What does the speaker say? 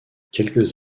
quelques